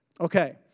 Okay